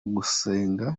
gusenga